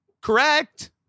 Correct